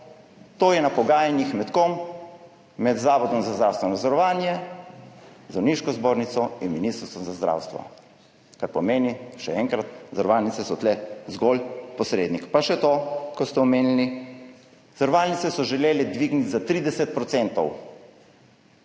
to je na pogajanjih med kom? Med Zavodom za zdravstveno zavarovanje, Zdravniško zbornico in Ministrstvom za zdravstvo. Kar pomeni, še enkrat, zavarovalnice so tu zgolj posrednik. Pa še to, ker ste omenili. Zavarovalnice so želele dvigniti za 30